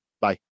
Bye